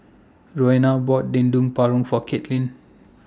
Roena bought Dendeng Paru For Caitlin